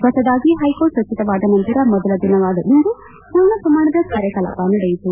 ಹೊಸದಾಗಿ ಹೈಕೋರ್ಟ್ ರಚಿತವಾದ ನಂತರ ಮೊದಲ ದಿನವಾದ ಇಂದು ಪೂರ್ಣ ಪ್ರಮಾಣದ ಕಾರ್ಯಕಲಾಪ ನಡೆಯಿತು